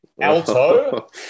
Alto